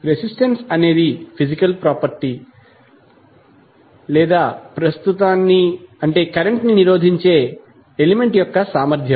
resistance అనేది physical property లేదా current ను నిరోధించే ఎలిమెంట్ యొక్క సామర్థ్యం